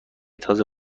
تازه